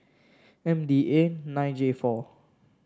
M D A nine J four